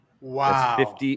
Wow